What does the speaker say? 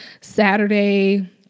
Saturday